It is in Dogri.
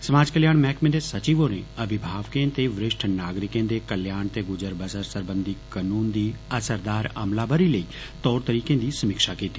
समाज कल्याण मैहकमे दे सचिव होरें अभिभावकें ते वरिष्ठ नागरिकें दे कल्याण ते गुजर बसर सरबंधी कानून दी अमसरदार अमलावरी लेई तौर तरीकें दी समीक्षा कीती